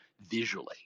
visually